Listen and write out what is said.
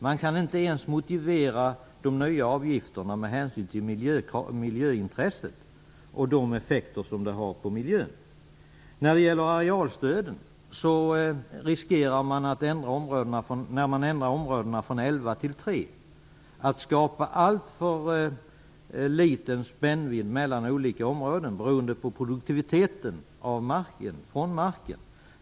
Man kan inte ens motivera de nya avgifterna med hänsyn till miljöintresset och de effekter som gödseln har på miljön. När man ändrar antalet områden för arealstödet från elva till tre riskerar man att skapa alltför liten spännvidd mellan olika områden beroende på produktiviteten från marken.